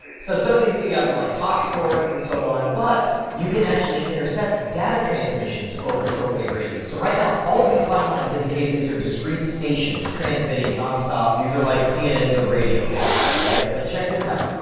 so some of these you yeah have and like, talk sport and so on, but you can actually intercept data transmissions over shortwave radio. so right now, all of these fine lines indicate these are discrete stations transmitting non-stop. these are like cnns of radio, basically, right? but check this out.